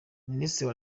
minisitiri